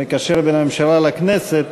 המקשר בין הממשלה לכנסת,